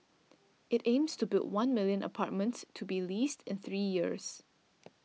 it aims to build one million apartments to be leased in three years